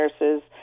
nurses